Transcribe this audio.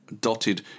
dotted